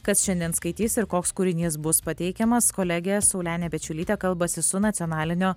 kas šiandien skaitys ir koks kūrinys bus pateikiamas kolegė saulenė pečiulytė kalbasi su nacionalinio